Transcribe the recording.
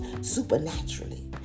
supernaturally